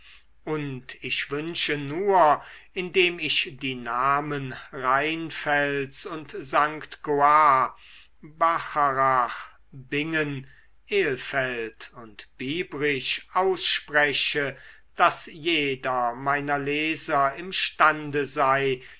und ich wünsche nur indem ich die namen rheinfels und st goar bacharach bingen elfeld und biebrich ausspreche daß jeder meiner leser im stande sei